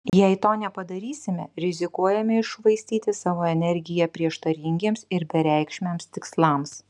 jei to nepadarysime rizikuojame iššvaistyti savo energiją prieštaringiems ir bereikšmiams tikslams